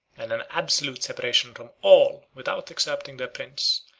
and an absolute separation from all, without excepting their prince,